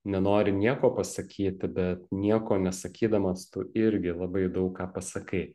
nenori nieko pasakyti bet nieko nesakydamas tu irgi labai daug ką pasakai